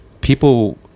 people